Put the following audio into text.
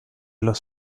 los